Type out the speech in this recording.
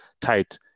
tight